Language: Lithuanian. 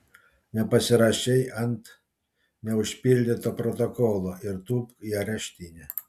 nepasirašei ant neužpildyto protokolo ir tūpk į areštinę